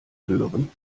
hören